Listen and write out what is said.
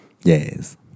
Yes